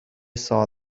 saw